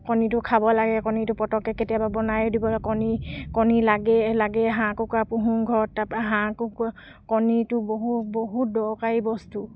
কণীটো খাব লাগে কণীটো পটককৈ কেতিয়াবা বনাইও দিব কণী লাগে কণী লাগেই হাঁহ কুকুৰা পুহো ঘৰত তাৰপৰা হাঁহ কুকুৰা কণীটো বহু বহুত দৰকাৰী বস্তু